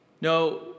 No